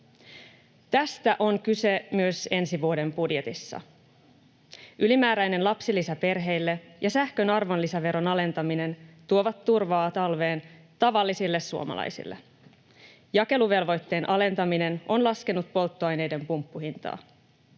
Tästä on kyse myös ensi vuoden budjetissa. Ylimääräinen lapsilisä perheille ja sähkön arvonlisäveron alentaminen tuovat turvaa talveen tavallisille suomalaisille. Jakeluvelvoitteen alentaminen on laskenut polttoaineiden pumppuhintaa.